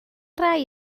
rai